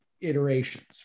iterations